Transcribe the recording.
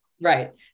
right